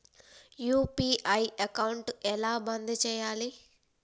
UPI account ఎలా బంద్ చేయాలి?